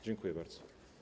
Dziękuję bardzo.